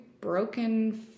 broken